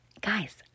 Guys